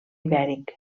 ibèric